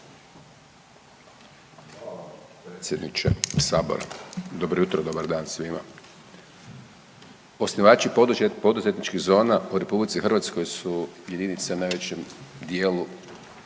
Hvala predsjedniče Sabora. Dobro jutro, dobar dan svima. Osnivači poduzetničkih zona u RH su jedinice u najvećem dijelu